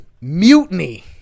Mutiny